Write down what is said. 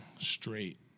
Straight